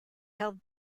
held